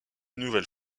nouvelle